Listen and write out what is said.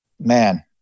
man